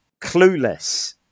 clueless